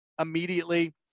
immediately